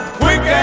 quick